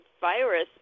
virus